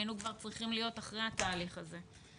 כבר היינו כבר צריכים להיות אחרי התהליך הזה.